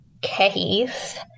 case